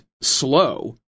slow